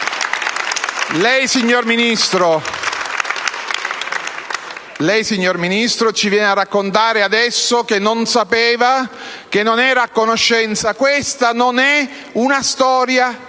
Lei, signor Ministro, ci viene a raccontare adesso che non sapeva e che non ne era a conoscenza: questa non è una storia